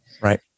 right